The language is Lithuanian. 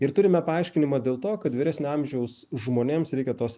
ir turime paaiškinimą dėl to kad vyresnio amžiaus žmonėms reikia tos